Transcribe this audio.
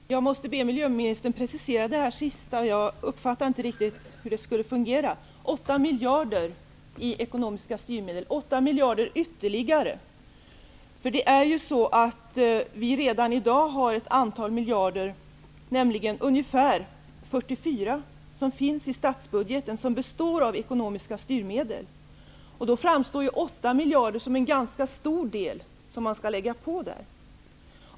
Herr talman! Jag måste be miljöministern precisera det sista. Jag uppfattade inte riktigt hur det skulle fungera. Det skulle vara 8 miljarder ytterligare i ekonomiska styrmedel. Redan i dag har vi ett antal miljarder, nämligen ungefär 44, som finns i statsbudgeten. Dessa består av ekonomiska styrmedel. Då framstår ju 8 miljarder som en ganska stor del att lägga på där.